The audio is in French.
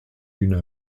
une